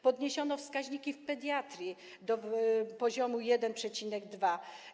Podniesiono wskaźniki w zakresie pediatrii do poziomu 1,2.